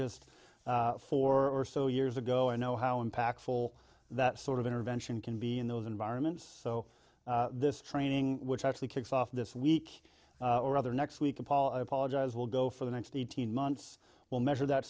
just four or so years ago and know how impactful that sort of intervention can be in those environments so this training which actually kicks off this week or other next week paula apologize will go for the next eighteen months will measure that